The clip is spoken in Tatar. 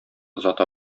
озата